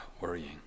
worrying